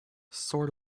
sort